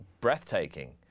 breathtaking